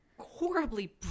Horribly